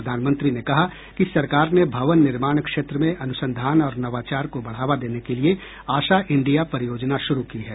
प्रधानमंत्री ने कहा कि सरकार ने भवन निर्माण क्षेत्र में अनुसंधान और नवाचार को बढ़ावा देने के लिए आशा इंडिया परियोजना शुरू की है